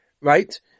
right